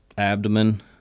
abdomen